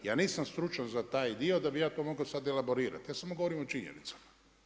Ja nisam stručnjak za taj dio da bih ja to mogao sada elaborirati, ja samo govorim o činjenicama.